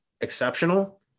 exceptional